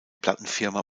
plattenfirma